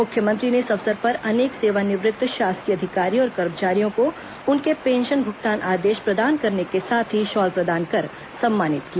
मुख्यमंत्री ने इस अवसर पर अनेक सेवानिवृत्त शासकीय अधिकारियों और कर्मचारियों को उनके पेंशन भूगतान आदेश और शॉल प्रदान कर सम्मानित किया